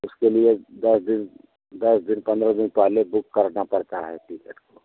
उसके लिए दस दिन दस दिन पन्द्रह दिन पहले बुक करना पड़ता है टिकट को